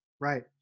Right